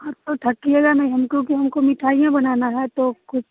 हाँ तो थकिएगा नहीं हमको फिर हमको मिठाइयाँ बनाना है तो कुछ